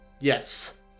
Yes